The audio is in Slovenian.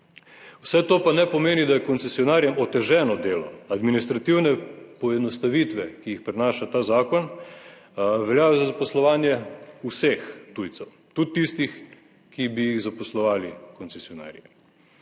Vse to pa ne pomeni, da je koncesionarjem oteženo delo. Administrativne poenostavitve, ki jih prinaša ta zakon veljal za zaposlovanje vseh tujcev, tudi tistih, ki bi jih zaposlovali koncesionarji.